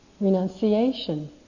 renunciation